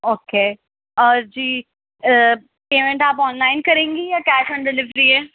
okay اور جی payment آپ آنلائن کریں گی یا کیش آن ڈیلیوری ہے